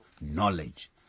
knowledge